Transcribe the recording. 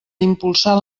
impulsar